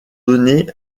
donnée